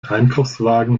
einkaufswagen